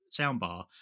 soundbar